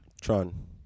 Tron